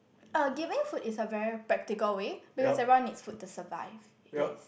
uh giving food is a very practical way because everyone needs food to survive yes